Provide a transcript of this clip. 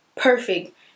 perfect